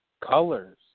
Colors